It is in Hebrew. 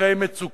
מתווכי מצוקה,